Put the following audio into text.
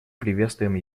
приветствуем